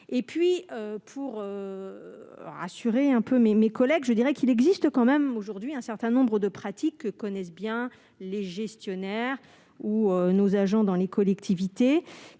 et puis pour assurer un peu mes, mes collègues, je dirais qu'il existe quand même aujourd'hui un certain nombre de pratiques que connaissent bien les gestionnaires ou nos agents dans les collectivités,